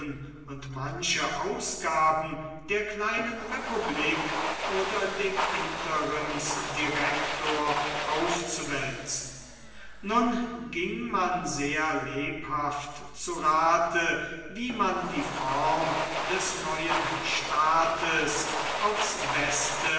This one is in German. und manche ausgaben der kleinen republik oder dem interimsdirektor aufzuwälzen nun ging man sehr lebhaft zu rate wie man die form des neuen staates aufs beste